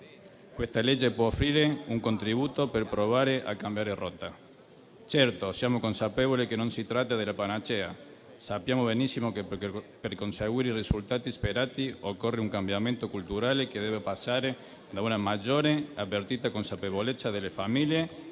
di legge può offrire un contributo per provare a cambiare rotta. Certo, siamo consapevoli che non si tratta della panacea e sappiamo benissimo che, per conseguire i risultati sperati, occorre un cambiamento culturale che deve passare da una maggiore avvertita e consapevolezza delle famiglie